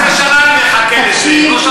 15 שנה אני מחכה לזה.